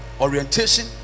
orientation